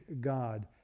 God